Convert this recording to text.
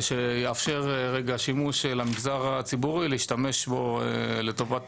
שיאפשר שימוש למגזר הציבורי להשתמש בו לטובת